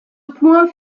point